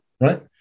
right